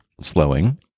slowing